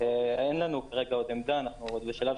אני חושב שענף היהלומים זה אחד הענפים